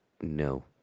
No